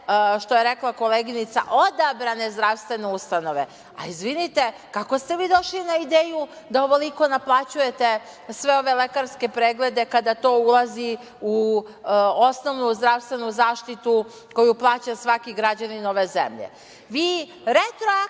što je rekla koleginica, odabrane zdravstvene ustanove, a izvinite - kako ste vi došli na ideju da ovoliko naplaćujete sve ove lekarske preglede kada to ulazi u osnovnu zdravstvenu zaštitu koju plaća svaki građanin ove zemlje? Vi